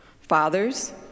Fathers